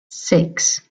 six